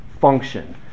function